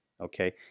okay